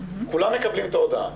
כולם מקבלים את ההודעה.